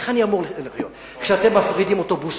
איך אני אמור לחיות כשאתם מפרידים אוטובוסים,